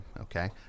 okay